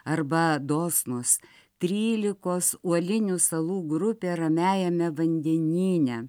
arba dosnūs trylikos uolinių salų grupė ramiajame vandenyne